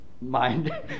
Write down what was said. mind